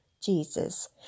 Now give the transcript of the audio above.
Jesus